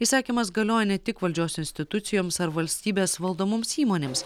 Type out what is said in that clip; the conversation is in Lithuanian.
įsakymas galioja ne tik valdžios institucijoms ar valstybės valdomoms įmonėms